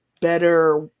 better